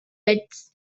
beds